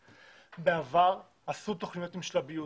בעבר עשו תכניות עם שלביות.